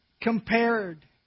compared